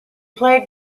played